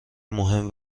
مهم